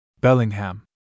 Bellingham